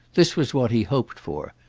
this was what he hoped for,